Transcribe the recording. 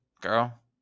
Girl